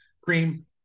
cream